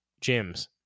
gyms